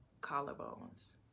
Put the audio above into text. collarbones